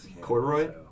Corduroy